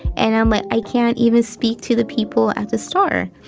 and i'm like, i can't even speak to the people at the store.